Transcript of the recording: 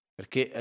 Perché